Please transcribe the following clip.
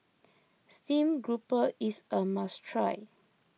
Stream Grouper is a must try